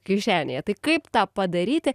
kišenėje tai kaip tą padaryti